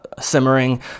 simmering